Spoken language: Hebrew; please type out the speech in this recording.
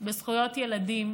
בזכויות ילדים,